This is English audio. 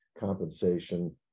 compensation